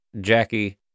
Jackie